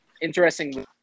interesting